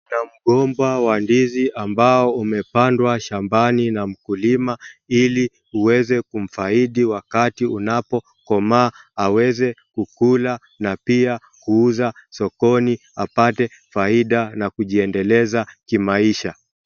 Kuna mgomba wa ndizi ambao umepandwa shambani na mkulima ili uweze kumfaidi wakati unapokomaa naweze kukula na pia kuuuza sokoni apate faida na kujiendeleza kimaisha.